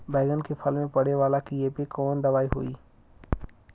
बैगन के फल में पड़े वाला कियेपे कवन दवाई होई?